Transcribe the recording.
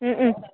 હં હ